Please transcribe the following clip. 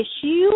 issue